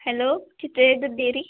hello Chitale दूध dairy